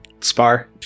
Spar